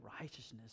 righteousness